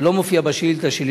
שלא מופיעה בשאילתא שלי,